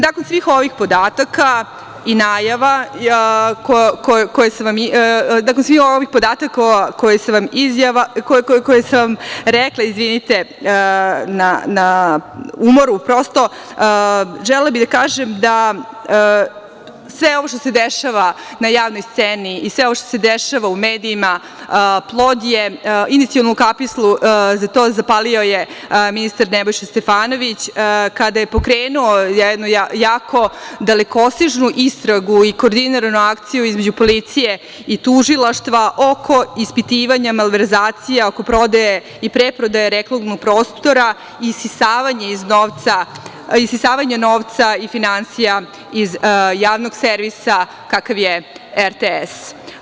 Nakon svih ovih podataka i najava koje sam vam rekla, želela bih da kažem da sve ovo što se dešava na javnoj sceni i sve ovo što se dešava u medijima plod je, inicijalnu kapislu za to zapalio je ministar Nebojša Stefanović kada je pokrenuo jednu jako dalekosežnu istragu i koordiniranu akciju između policije i tužilaštva oko ispitivanja malverzacija, oko prodaje i preprodaje reklamnog prostora, isisavanja novca i finansija iz javnog servisa, kakav je RTS.